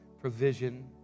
provision